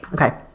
Okay